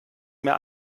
mehr